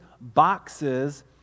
boxes